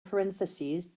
parentheses